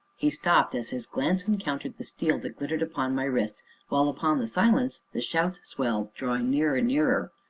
he stopped, as his glance encountered the steel that glittered upon my wrist while upon the silence the shouts swelled, drawing near and nearer.